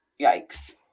Yikes